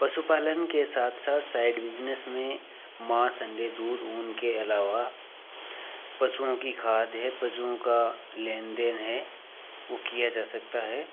पशु पालन के साथ साथ साइड बिजनेस में मांस अंडे दूध ऊन के अलावा पशुओं की खाद है पशुओं का लेन देन है वे किया जा सकता है